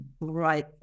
right